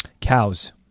Cows